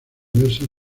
diversas